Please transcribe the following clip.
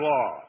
Law